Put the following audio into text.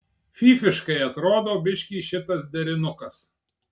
fyfiškai atrodo biškį šitas derinukas